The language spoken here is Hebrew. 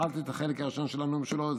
התחלתי את החלק הראשון של הנאום שלו,